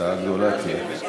הפתעה גדולה תהיה.